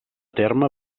terme